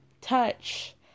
touch